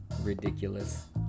ridiculous